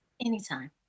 Anytime